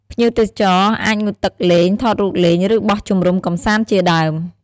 ភ្ញៀវទេសចរអាចងូតទឹកលេង ថតរូបលេង ឬបោះជំរុំកម្សាន្តជាដើម។